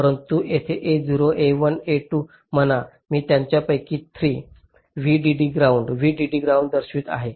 परंतु येथे a0 a1 a2 म्हणा मी त्यापैकी 3 VDD ग्राउंड VDD ग्राउंड दर्शवित आहे